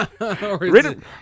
Written